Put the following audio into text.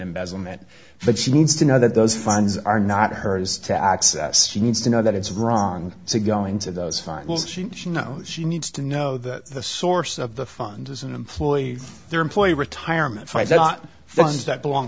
embezzlement but she needs to know that those funds are not hers to access she needs to know that it's wrong to go into those she should know she needs to know that the source of the funds is an employee their employee retirement funds that belong